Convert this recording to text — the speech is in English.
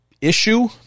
issue